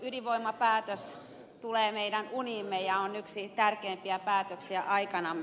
ydinvoimapäätös tulee meidän uniimme ja on yksi tärkeimpiä päätöksiä aikanamme